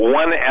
one